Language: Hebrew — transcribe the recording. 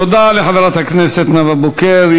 תודה לחברת הכנסת נאוה בוקר.